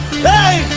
lie